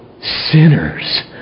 sinners